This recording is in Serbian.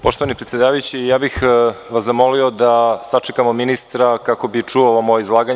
Poštovani predsedavajući, ja bih vas zamolio da sačekamo ministra, kako bi čuo ovo moje izlaganje.